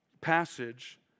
passage